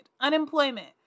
unemployment